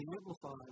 Amplified